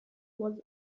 was